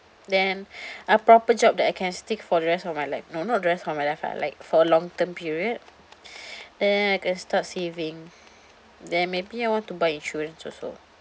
then a proper job that I can stick for the rest of my life no not the rest of my life lah like for long term period then I can start saving then maybe I want to buy insurance also